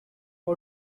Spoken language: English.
for